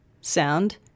sound